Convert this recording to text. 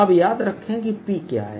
अब याद रखें कि P क्या है